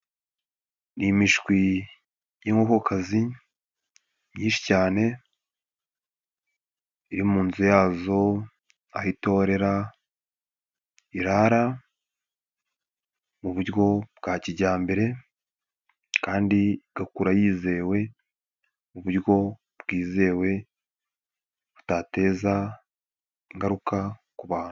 Ni imishwi y'inkokokazi nyinshi cyane iri mu nzu yazo aho itorera, irara mu buryo bwa kijyambere kandi igakura yizewe mu buryo bwizewe butateza ingaruka ku bantu.